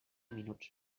minuts